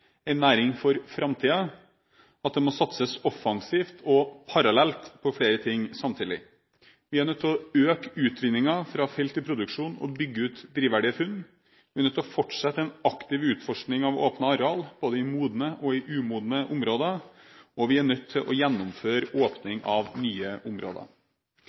næring for framtida, at det må satses offensivt og parallelt på flere ting samtidig. Vi er nødt til å øke utvinningen fra felt i produksjon og bygge ut drivverdige funn, vi er nødt til å fortsette en aktiv utforskning av åpnet areal både i modne og umodne områder, og vi er nødt til å gjennomføre åpning av nye områder.